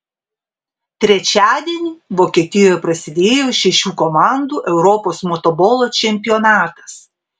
trečiadienį vokietijoje prasidėjo šešių komandų europos motobolo čempionatas